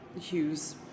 Hughes